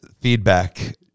feedback